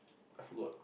I forgot